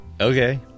Okay